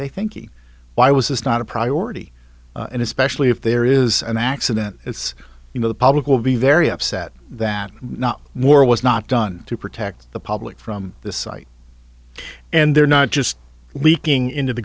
they thinking why was this not a priority and especially if there is an accident it's you know the public will be very upset that not more was not done to protect the public from this site and they're not just leaking into the